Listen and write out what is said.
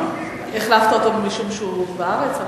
החלפת אותו משום שהוא בארץ?